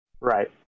Right